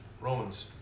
Romans